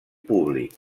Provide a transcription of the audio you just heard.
públic